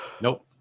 Nope